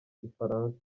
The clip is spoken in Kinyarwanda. gifaransa